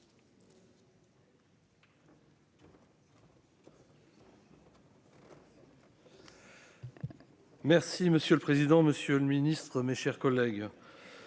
Merci monsieur le président, Monsieur le Ministre, mes chers collègues,